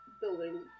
building